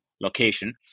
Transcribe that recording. location